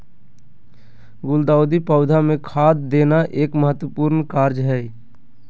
गुलदाऊदी पौधा मे खाद देना एक महत्वपूर्ण कार्य हई